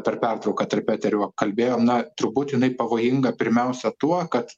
per pertrauką tarp eterio va kalbėjom na turbūt jinai pavojinga pirmiausia tuo kad